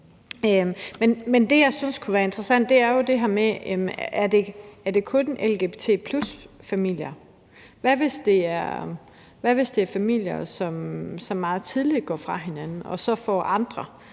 Men det, jeg synes kunne være interessant, er jo det her med, om det kun er lgbt+-familier. Hvad nu, hvis det er familier, som meget tidligt går fra hinanden, og hvor man